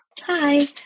hi